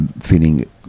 feeling